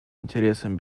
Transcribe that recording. интересам